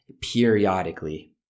periodically